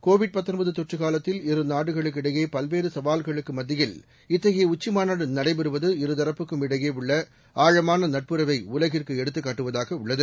Covid தொற்று காலத்தில் இரு நாடுகளுக்கிடையே பல்வேறு சவால்களுக்கு மத்தியில் இத்தகைய உச்சி மாநாடு நடைபெறுவது இரு தரப்புக்கும் இடையே உள்ள ஆழமான நட்புறவை உலகிற்கு எடுத்துக் காட்டுவதாக உள்ளது